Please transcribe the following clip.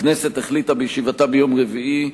הכנסת החליטה בישיבתה ביום רביעי,